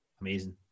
amazing